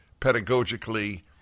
pedagogically